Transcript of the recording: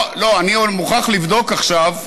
אני מוכרח לבדוק עכשיו,